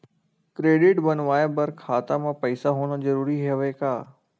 Credit बनवाय बर खाता म पईसा होना जरूरी हवय का?